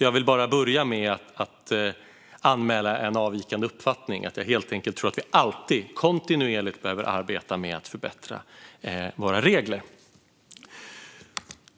Jag vill alltså bara börja med att anmäla en avvikande uppfattning. Jag tror helt enkelt att vi alltid, kontinuerligt, behöver arbeta med att förbättra våra regler.